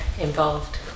involved